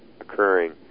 occurring